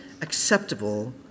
acceptable